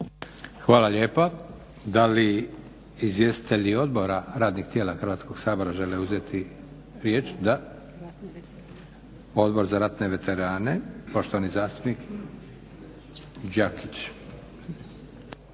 Hvala lijepa. Da li izvjestitelji odbora radnih tijela Hrvatskog sabora žele uzeti riječ? Da. Odbor za ratne veterane, poštovani zastupnik Đakić.